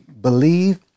believe